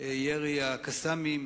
ירי ה"קסאמים",